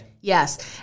Yes